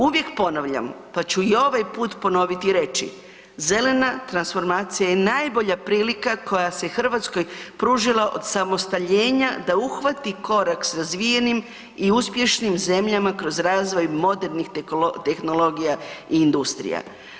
Uvijek ponavljam, pa ću i ovaj put ponoviti i reći, zelena transformacija je najbolja prilika koja se Hrvatskoj pružila od osamostaljenja da uhvati korak sa razvijenim i uspješnim zemljama kroz razvoj modernih tehnologija i industrija.